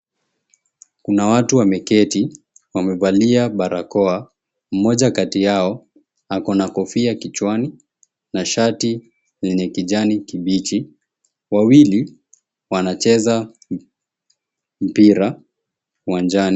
Kuna watu wameketi. Wamevalia barakoa. Mmoja kati yao ako na kofia kichwani na shati lenye kijani kibichi. Wawili wanacheza mpira uwanjani.